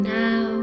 now